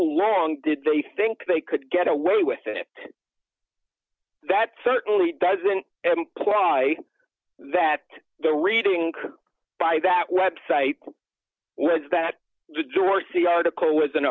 long did they think they could get away with it that certainly doesn't imply that the reading by that web site was that george c article was an